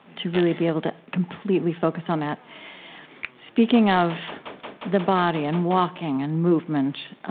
to really be able to completely focus on that speaking of the body and walking and movement,